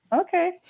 Okay